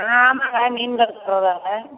ஆ ஆமாங்க மீன் கடைக்காரர் தாங்க